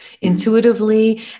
intuitively